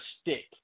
stick